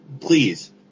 please